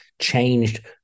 changed